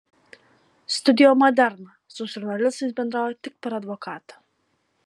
studio moderna su žurnalistais bendrauja tik per advokatą